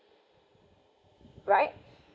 right